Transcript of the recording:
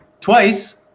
twice